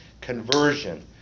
conversion